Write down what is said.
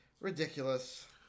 Ridiculous